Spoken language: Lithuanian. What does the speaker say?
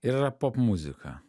ir yra popmuzika